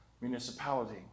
municipality